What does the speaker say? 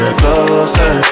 closer